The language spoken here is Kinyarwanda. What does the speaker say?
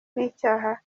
n’icyaha